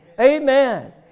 amen